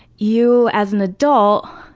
you, as an adult,